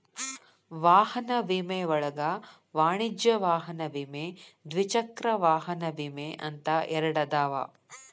ವಾಹನ ವಿಮೆ ಒಳಗ ವಾಣಿಜ್ಯ ವಾಹನ ವಿಮೆ ದ್ವಿಚಕ್ರ ವಾಹನ ವಿಮೆ ಅಂತ ಎರಡದಾವ